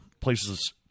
Places